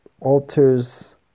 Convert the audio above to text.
alters